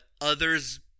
others